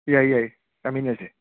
ꯌꯥꯏꯌꯦ ꯌꯥꯏꯌꯦ ꯆꯥꯃꯤꯟꯅꯁꯦ